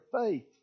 faith